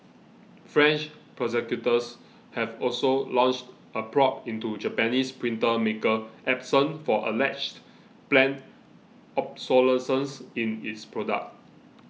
French prosecutors have also launched a probe into Japanese printer maker Epson for alleged planned obsolescence in its product